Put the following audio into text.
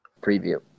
preview